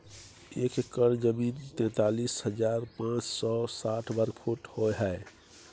एक एकड़ जमीन तैंतालीस हजार पांच सौ साठ वर्ग फुट होय हय